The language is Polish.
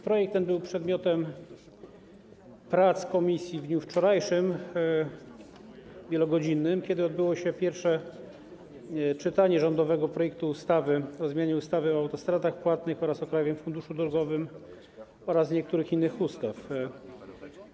Projekt ten był przedmiotem wielogodzinnych prac komisji w dniu wczorajszym, kiedy odbyło się pierwsze czytanie rządowego projektu ustawy o zmianie ustawy o autostradach płatnych oraz o Krajowym Funduszu Drogowym oraz niektórych innych ustaw.